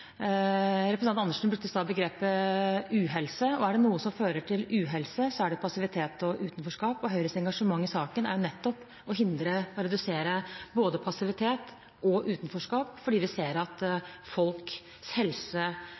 representanten Andersen. Representanten brukte i sted begrepet «uhelse», og er det noe som fører til uhelse, så er det passivitet og utenforskap. Høyres engasjement i saken er nettopp å hindre og redusere både passivitet og utenforskap, for vi ser at folks helse